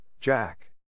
Jack